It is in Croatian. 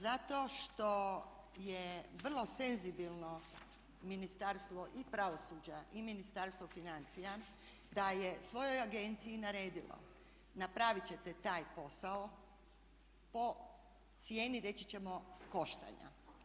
Zato što je vrlo senzibilno Ministarstvo i pravosuđa i Ministarstvo financija da je svojoj agenciji naredilo, napraviti ćete taj posao po cijeni reći ćemo koštanja.